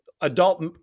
adult